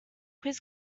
quiz